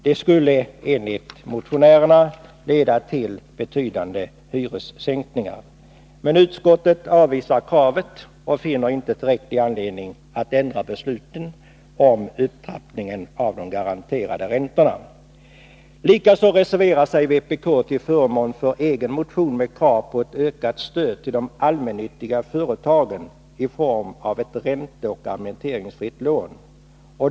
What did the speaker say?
Det skulle enligt reservanterna leda till betydande hyressänkningar. Men utskottet avvisar kravet och finner inte tillräcklig anledning att ändra beslutet om upptrappningen av de garanterade räntorna. Likaså reserverar sig vpk till förmån för en egen motion med krav på ett ökat stöd till de allmännyttiga företagen i form av ett ränteoch amorteringsfritt lån.